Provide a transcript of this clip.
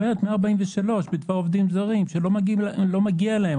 143 בדבר עובדים זרים, שלא מגיע להם.